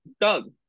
Doug